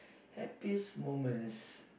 happiest moments